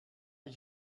ich